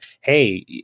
hey